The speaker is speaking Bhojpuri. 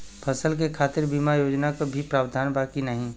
फसल के खातीर बिमा योजना क भी प्रवाधान बा की नाही?